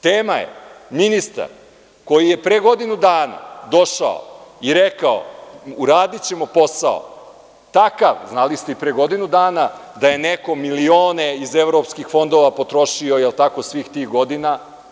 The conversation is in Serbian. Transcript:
Tema je ministar koji je pre godinu dana došao i rekao – uradićemo posao takav, a znali ste i pre godinu dana da je neko milione iz evropskih fondova potrošio svih tih godina.